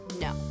no